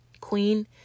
queen